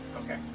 Okay